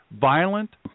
Violent